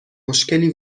مشکلی